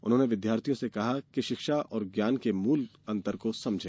उन्होंने विद्यार्थियों से कहा कि शिक्षा और ज्ञान के मूल अंतर को समझें